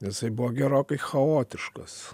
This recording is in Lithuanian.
jisai buvo gerokai chaotiškas